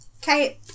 Kate